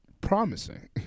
promising